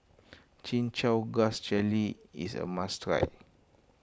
Chin Chow Grass Jelly is a must try